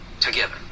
together